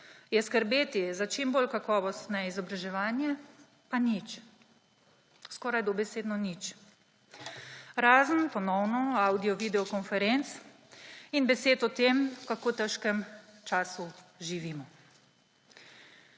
je skrbeti za čim bolj kakovostno izobraževanje, pa nič. Skoraj dobesedno nič, razen ponovno avdiovideo konferenc in besed o tem, v kako težkem času živimo.